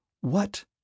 What